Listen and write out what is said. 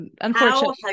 Unfortunately